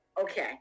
okay